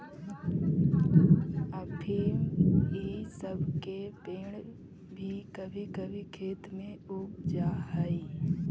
अफीम इ सब के पेड़ भी कभी कभी खेत में उग जा हई